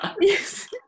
yes